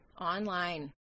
online